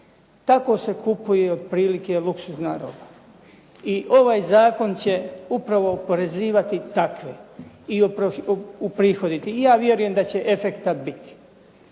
Tako se kupuje otprilike luksuzna roba i ovaj zakon će upravo oporezivati takve i uprihoditi i ja vjerujem da će efekta biti.